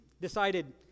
decided